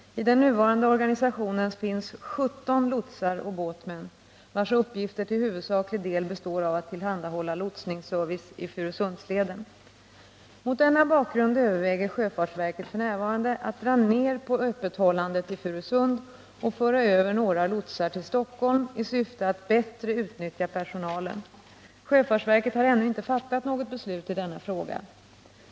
I den nuvarande organisationen finns 17 lotsar och båtmän, vilkas uppgifter till huvudsaklig del består i att tillhandahålla lotsningsservice i Furusundsleden. Mot denna bakgrund överväger sjöfartsverket f. n. att dra ner på öppethållandet i Furusund och föra över några lotsar till Stockholm i syfte att bättre utnyttja personalen. Sjöfartsverket har ännu inte fattat något beslut i denna fråga.